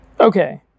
Okay